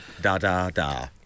da-da-da